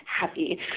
happy